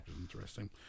Interesting